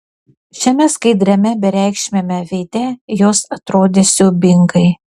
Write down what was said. šiame skaidriame bereikšmiame veide jos atrodė siaubingai